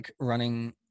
running